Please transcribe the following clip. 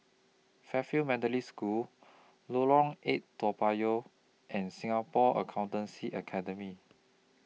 Fairfield Methodist School Lorong eight Toa Payoh and Singapore Accountancy Academy